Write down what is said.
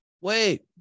wait